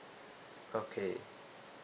okay